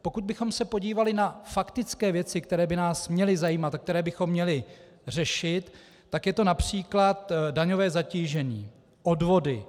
Pokud bychom se podívali na faktické věci, které by nás měly zajímat a které bychom měli řešit, tak je to například daňové zatížení, odvody.